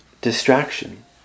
distraction